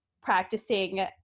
practicing